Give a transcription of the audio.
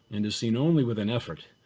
and is seen only with an effort.